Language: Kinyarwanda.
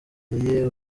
bweyeye